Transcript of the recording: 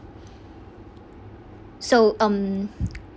so um